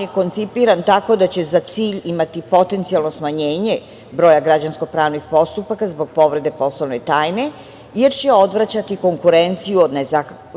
je koncipiran tako da će za cilj imati potencijalno smanjenje broja građansko pravnih postupaka zbog povrede poslovne tajne, jer će odvraćati konkurenciju